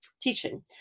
teaching